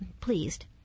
pleased